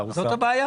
זאת הבעיה?